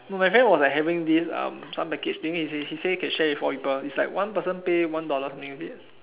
no my friend was like having this uh some package thing he say can share with four people it's like one person pay one dollar or something is it